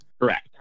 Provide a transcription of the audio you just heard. correct